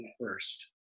first